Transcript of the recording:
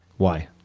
why?